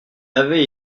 avait